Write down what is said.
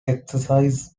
exercises